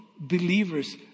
believers